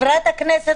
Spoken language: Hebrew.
ובית משפט זה הפתרון.